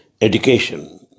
education